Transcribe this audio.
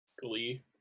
Glee